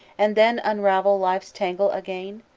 and then unravel life's tangle again?